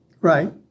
Right